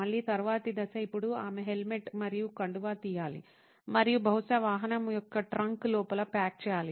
మళ్ళీ తరువాతి దశ ఇప్పుడు ఆమె హెల్మెట్ మరియు కండువా తీయాలి మరియు బహుశా వాహనం యొక్క ట్రంక్ లోపల ప్యాక్ చేయాలి